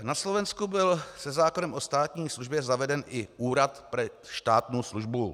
Na Slovensku byl se zákonem o státní službě zaveden i Úrad pre štátnu službu.